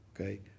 Okay